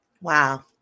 Wow